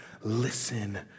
listen